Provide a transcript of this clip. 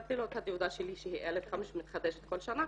נתתי לו את התעודה שלי שהיא א5 מתחדשת כל שנה,